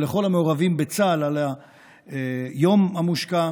ולכל המעורבים בצה"ל על היום המושקע